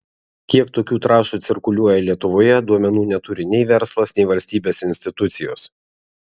kiek tokių trąšų cirkuliuoja lietuvoje duomenų neturi nei verslas nei valstybės institucijos